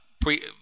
pre